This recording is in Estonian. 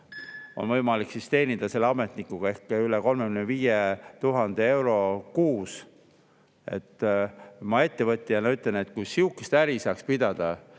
on võimalik teenida selle ametnikuga ehk üle 35 000 euro kuus. Ma ettevõtjana ütlen, et kui sihukest äri saaks pidada,